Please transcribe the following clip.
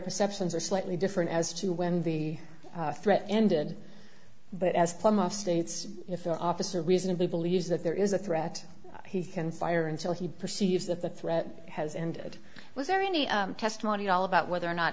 perceptions are slightly different as to when the threat ended but as some of states if they're officer reasonably believes that there is a threat he can fire until he perceives that the threat has ended was there any testimony all about whether or not